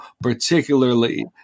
particularly